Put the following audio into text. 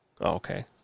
okay